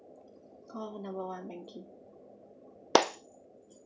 call number one banking